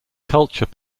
culture